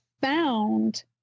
found